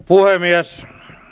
puhemies